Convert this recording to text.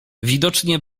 widocznie